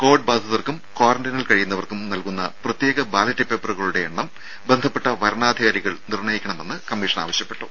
Covid ബാധിതർക്കും ക്വാറന്റൈനിൽ കഴിയുന്നവർക്കും നൽകുന്ന പ്രത്യേക ബാലറ്റ് പേപ്പറുടെ എണ്ണം ബന്ധപ്പെട്ട വരണാധികാരികൾ നിർണയിക്കണമെന്ന് കമ്മീഷൻ ആവശ്യപ്പെട്ടു